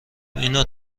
اینو